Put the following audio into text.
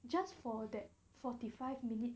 just for that forty five minutes